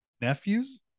nephews